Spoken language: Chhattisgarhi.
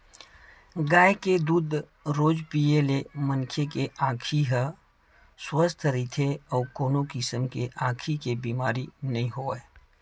गाय के दूद रोज पीए ले मनखे के आँखी ह सुवस्थ रहिथे अउ कोनो किसम के आँखी के बेमारी नइ होवय